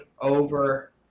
over